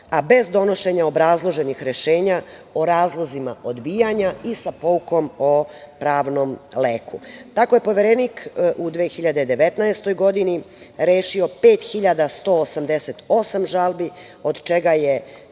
a bez donošenja obrazloženih rešenja o razlozima odbijanja i sa poukom o pravnom leku. Tako je Poverenik u 2019. godini rešio 5.188 žalbi, od čega je